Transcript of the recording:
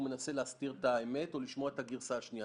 הוא מנסה להסתיר את האמת או לשמוע את הגרסה השנייה.